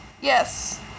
Yes